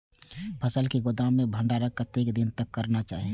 फसल के गोदाम में भंडारण कतेक दिन तक करना चाही?